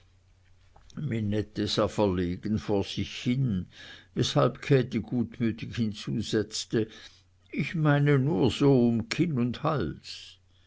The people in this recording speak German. verlegen vor sich hin weshalb käthe gutmütig hinzusetzte ich meine nur hier so um kinn und hals